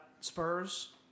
spurs